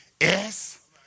Yes